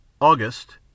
August